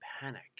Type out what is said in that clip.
panic